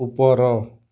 ଉପର